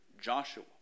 Joshua